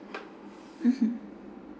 mmhmm